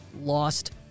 lost